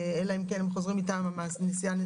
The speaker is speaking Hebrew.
אלא אם כן הם חוזרים מנסיעה מטעם המעסיק.